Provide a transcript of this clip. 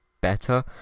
better